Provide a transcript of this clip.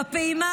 בפעימה